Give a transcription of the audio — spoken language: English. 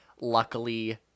luckily